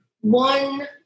one